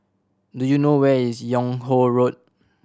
do you know where is Yung Ho Road